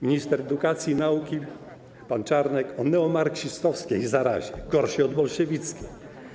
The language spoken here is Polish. Minister edukacji i nauki pan Czarnek - o neomarksistowskiej zarazie, gorszej od bolszewickiej.